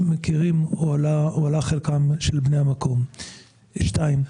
הועלה חלקם של בני המקום; שתיים,